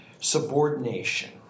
Subordination